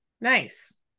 Nice